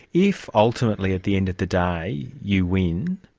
if ultimately at the end of the day you win,